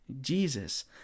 jesus